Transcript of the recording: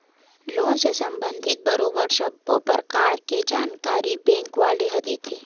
loan ले संबंधित बरोबर सब्बो परकार के जानकारी बेंक वाले ह देथे